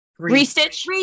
Restitch